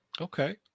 Okay